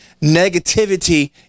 negativity